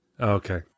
okay